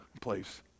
place